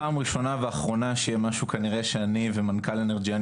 פעם ראשונה ואחרונה שמשהו כנראה שאני ומנכ"ל אנרג'יאן